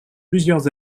plusieurs